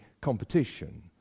competition